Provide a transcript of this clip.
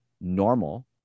normal